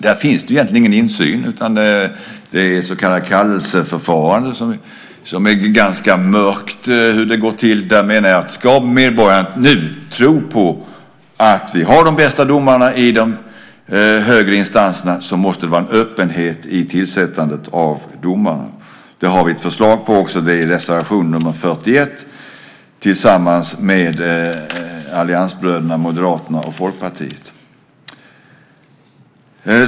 Här finns egentligen ingen insyn. Det är ett så kallat kallelseförfarande, och när det gäller hur det går till är det ganska mörkt. Ska medborgarna tro på att vi har de bästa domarna i de högre instanserna måste det vara öppenhet i tillsättandet av domarna. Detta har vi också ett förslag på i reservation nr 41, som vi har tillsammans med alliansbröderna Moderaterna och Folkpartiet.